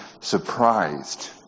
surprised